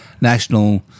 national